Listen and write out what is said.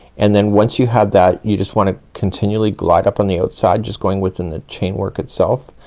and then once you have that, you just wanna continually glide up on the outside, just going within the chain work itself.